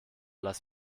lass